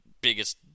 biggest